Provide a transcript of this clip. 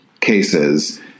cases